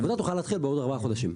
העבודה תוכל להתחיל עוד ארבעה חודשים.